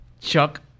Chuck